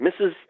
Mrs